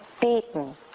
beaten